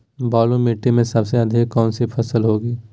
बालू मिट्टी में सबसे अधिक कौन सी फसल होगी?